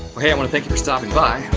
hey, i wanna thank you for stopping by.